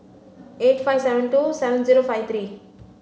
eight five seven two seven zero five three